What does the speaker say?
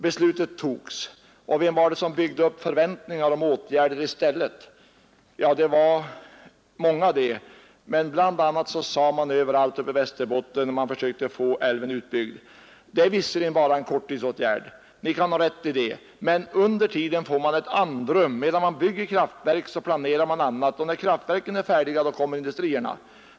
Beslutet fattades, och vem var det som byggde upp förväntningar om åtgärder i stället? Ja, det var många, men bl a. sade man överallt uppe i Västerbotten där folk försökte få älven utbyggd: Det är visserligen bara en korttidsåtgärd. Ni kan ha rätt i det men under tiden får man ett andrum. Medan man bygger kraftverk planerar man annat, och när kraftverket är färdigt kommer industrierna.